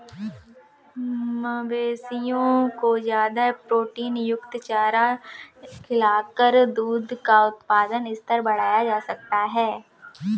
मवेशियों को ज्यादा प्रोटीनयुक्त चारा खिलाकर दूध का उत्पादन स्तर बढ़ाया जा सकता है